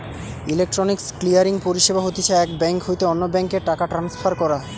electronic clearing পরিষেবা হতিছে এক বেঙ্ক হইতে অন্য বেঙ্ক এ টাকা ট্রান্সফার করা